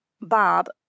Bob